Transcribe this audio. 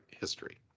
history